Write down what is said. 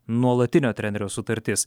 nuolatinio trenerio sutartis